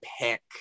pick